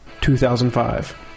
2005